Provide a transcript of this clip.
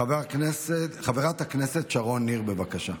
חברת הכנסת שרון ניר, בבקשה.